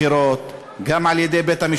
גם על-ידי ועדת הבחירות,